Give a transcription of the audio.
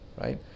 Right